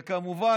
וכמובן,